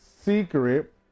secret